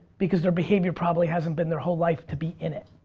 because their behaviour probably hasn't been their whole life to be in it.